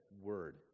word